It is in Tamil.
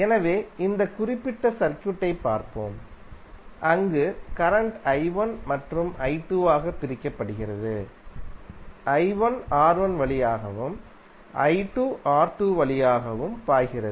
எனவே இந்த குறிப்பிட்ட சர்க்யூட் ஐப் பார்ப்போம் அங்கு கரண்ட் i1 மற்றும் i2 ஆகப் பிரிக்கப்படுகிறது i1 R1 வழியாகவும் i2 R2 வழியாகவும் பாய்கிறது